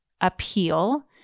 appeal